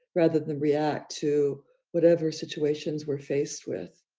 rather than react to whatever situations we're faced with.